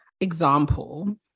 example